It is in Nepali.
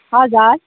हजुर